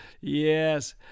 Yes